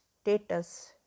status